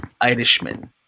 Irishman*